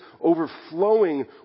overflowing